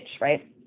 right